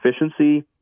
efficiency